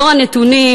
בעקבות הנתונים,